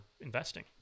investing